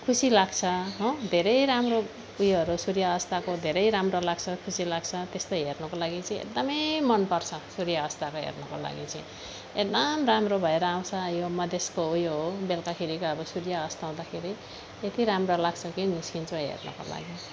खुसी लाग्छ हो धेरै राम्रो ऊ योहरू सुर्य अस्ताएको धेरै राम्रो लाग्छ खुसी लाग्छ त्यस्तो हेर्नुको लागि चाहिँ एकदमै मन पर्छ सुर्य अस्ताएको हेर्नुको लागि चाहिँ एकदम राम्रो भएर आउँछ यो मधेसको ऊ यो हो बेलुकाखेरिको अब सुर्य अस्ताउँदाखेरि यति राम्रो लाग्छ कि निस्किन्छु हेर्नको लागि